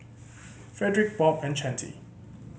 Fredrick Bob and Chante